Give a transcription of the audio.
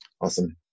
awesome